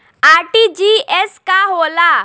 RTGS का होला?